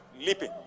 Leaping